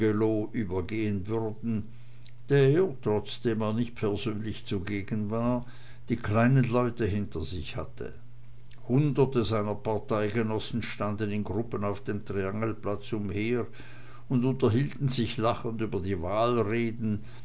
übergehen würden der trotzdem er nicht persönlich zugegen war die kleinen leute hinter sich hatte hunderte seiner parteigenossen standen in gruppen auf dem triangelplatz umher und unterhielten sich lachend über die